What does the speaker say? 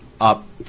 up